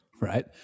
right